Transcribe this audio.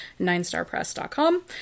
ninestarpress.com